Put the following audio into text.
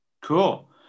Cool